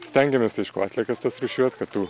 stengiamės aišku atliekas tas rūšiuot kad tų